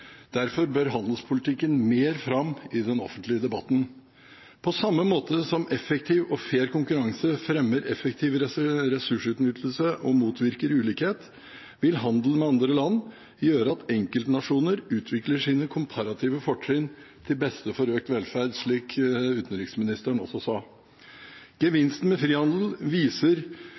Derfor bør handelspolitikken mer fram i den offentlige debatten. På samme måte som effektiv og fair konkurranse fremmer effektiv ressursutnyttelse og motvirker ulikhet, vil handel med andre land gjøre at enkeltnasjoner utvikler sine komparative fortrinn til beste for økt velferd, slik utenriksministeren også sa. Gevinsten med frihandel viser